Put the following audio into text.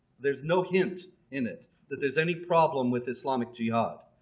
there's no hint in it that there's any problem with islamic jihad.